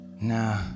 Nah